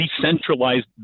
decentralized